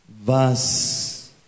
verse